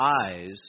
eyes